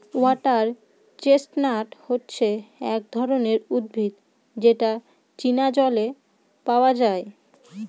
water chestnut হচ্ছে এক ধরনের উদ্ভিদ যেটা চীনা জলে পাওয়া যায়